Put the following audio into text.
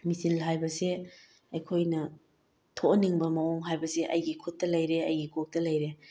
machine ꯍꯥꯏꯕꯁꯦ ꯑꯩꯈꯣꯏꯅ ꯊꯣꯛꯍꯟꯅꯤꯡꯕ ꯃꯑꯣꯡ ꯍꯥꯏꯕꯁꯤ ꯑꯩꯒꯤ ꯈꯨꯠꯇ ꯂꯩꯔꯦ ꯑꯩꯒꯤ ꯀꯣꯛꯇ ꯂꯩꯔꯦ